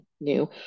new